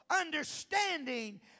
understanding